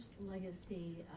legacy